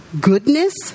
goodness